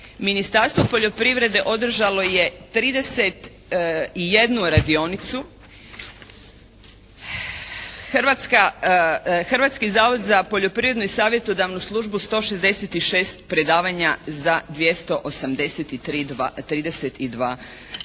Ministarstvo poljoprivrede održalo je 31 radionicu. Hrvatska, Hrvatski zavod za poljoprivrednu i savjetodavnu službu 166 predavanja za dvjesto